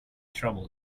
trouble